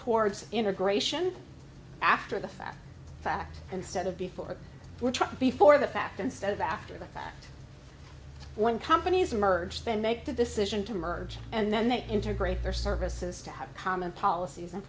towards integration after the fact fact instead of before we're trying before the fact instead of after the fact when companies merge then make the decision to merge and then they integrate their services to have common policies and